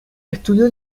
estudió